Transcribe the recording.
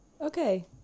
Okay